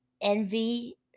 envy